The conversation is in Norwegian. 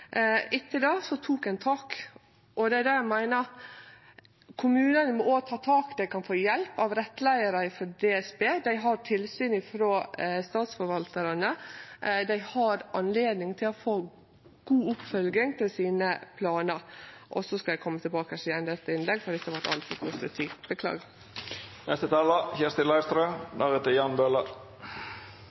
Etter det tok vi tak. Og det er det eg meiner – kommunane må òg ta tak, og dei kan få hjelp av rettleiarar frå DSB. Dei har tilsyn frå statsforvaltarane, og dei har anledning til å få god oppfølging av planane sine. Eg skal kome tilbake i eit nytt innlegg. Dette vart altfor